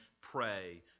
pray